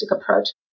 approach